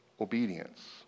obedience